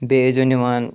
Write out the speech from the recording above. بیٚیہِ ٲسۍ زیٛو نِوان